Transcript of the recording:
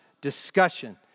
discussion